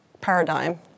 paradigm